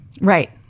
Right